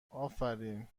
آفرین